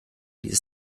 dieses